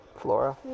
Flora